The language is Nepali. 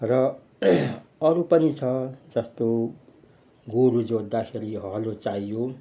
र अरू पनि छ जस्तो गोरु जोत्दाखेरि हलो चाहियो